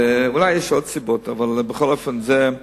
אולי יש עוד סיבות, אבל בכל אופן שם